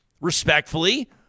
respectfully